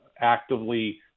actively